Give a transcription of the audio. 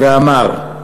ואמר: